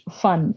fun